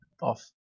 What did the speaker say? off